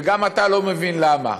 וגם אתה לא מבין למה,